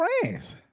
friends